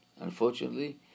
Unfortunately